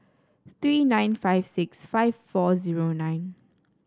three nine five six five four zero nine